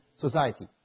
society